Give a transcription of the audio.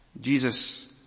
Jesus